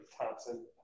Thompson